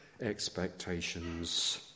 expectations